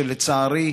שלצערי,